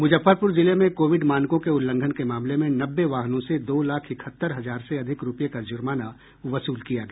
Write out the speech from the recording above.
मुजफ्फरपुर जिले में कोविड मानकों के उल्लंघन के मामले में नब्बे वाहनों से दो लाख इकहत्तर हजार से अधिक रूपये का जुर्माना वसूल किया गया